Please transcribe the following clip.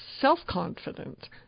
self-confident